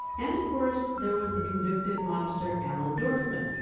and of course, there was the convicted mobster alan dorfman,